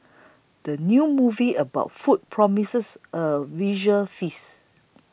the new movie about food promises a visual feast